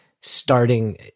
starting